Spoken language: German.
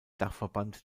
dachverband